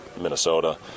Minnesota